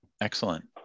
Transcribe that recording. Excellent